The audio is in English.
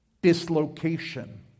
Dislocation